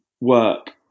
work